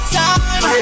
time